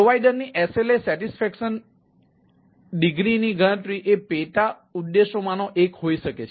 પ્રોવાઇડરની SLA satisfaction વિશ્વાસપાત્રની ડિગ્રીની ગણતરી એ પેટા ઉદ્દેશોમાંનો એક હોઈ શકે છે